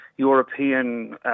European